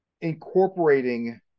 incorporating